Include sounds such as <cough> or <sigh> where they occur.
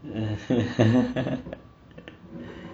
<laughs>